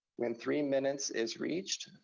when three minutes is reached,